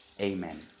amen